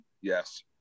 Yes